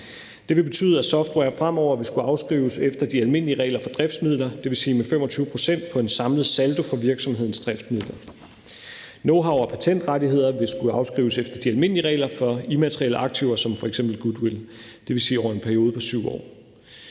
Det vil betyde, at software fremover vil skulle afskrives efter de almindelige regler for driftsmidler, dvs. med 25 pct. på en samlet saldo for virksomhedens driftsmidler, og at knowhow og patentrettigheder vil skulle afskrives efter de almindelige regler for immaterielle aktiver som f.eks. goodwill, dvs. over en periode på 7 år.